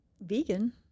Vegan